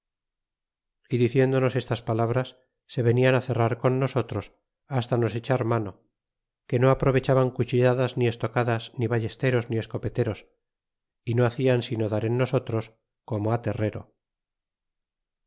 y diciéndonos estas palabras se venian cerrar con nosotros hasta nos echar mano que no aprovechaban cuchilladas ni estocadas ni vallesteros ni escopeteros y no hacian sino dar en nosotros como terrero